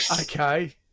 okay